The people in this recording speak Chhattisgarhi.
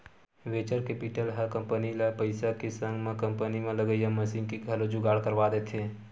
वेंचर केपिटल ह कंपनी ल पइसा के संग म कंपनी म लगइया मसीन के घलो जुगाड़ करवा देथे